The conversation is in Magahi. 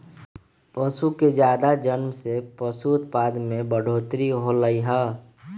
पशु के जादा जनम से पशु उत्पाद में बढ़ोतरी होलई ह